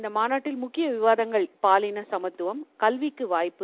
இந்த மாநாட்டின் முக்கிய விவாதங்கள் பாலின சமத்தவம் கல்விக்கு வாய்ப்பு